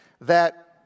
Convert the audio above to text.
that